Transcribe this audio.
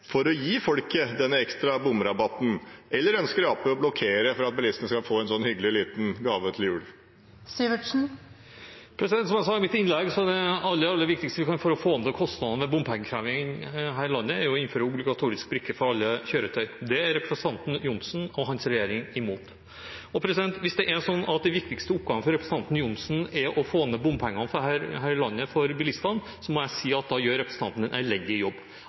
for å gi folket denne ekstra bomrabatten, eller ønsker Arbeiderpartiet å blokkere for at bilistene skal få en sånn hyggelig liten gave til jul? Som jeg sa i mitt innlegg, er det aller viktigste for å få ned kostnadene med bompengeinnkreving her i landet å innføre obligatorisk brikke for alle kjøretøy. Det er representanten Johnsen og hans regjering imot. Hvis det er en sånn at den viktigste oppgaven for representanten Johnsen er å få ned bompengene for bilistene her i landet, må jeg si at da gjør representanten en elendig jobb. Aldri har det vært krevd inn så mye bompenger. Det har ikke blitt lagt fram prosjekter her i